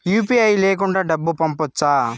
UPI లేకుండా డబ్బు పంపొచ్చా